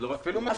מזכירות.